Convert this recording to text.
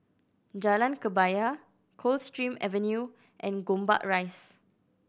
Jalan Kebaya Coldstream Avenue and Gombak Rise